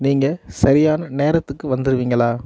நீங்கள் சரியான நேரத்துக்கு வந்துருவீங்களா